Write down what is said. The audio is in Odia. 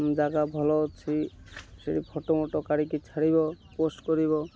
ଜାଗା ଭଲ ଅଛି ସେଇଠି ଫଟୋ ମଟୋ କାଢ଼ିକି ଛାଡ଼ିବ ପୋଷ୍ଟ୍ କରିବ